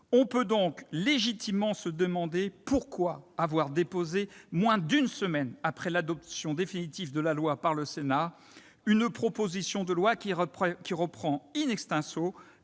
On peut donc légitimement se demander pourquoi vous avez déposé, moins d'une semaine après l'adoption définitive de la loi par le Sénat, une proposition de loi qui reprend une